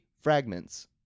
fragments